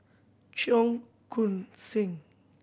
Cheong Koon Seng